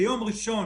ביום ראשון